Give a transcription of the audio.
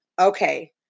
okay